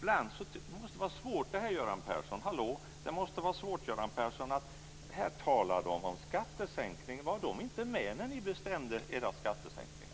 Det måste vara svårt det här, Göran Persson. Här talar de om skattesänkning. Var de inte med när ni bestämde om era skattesänkningar?